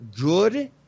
good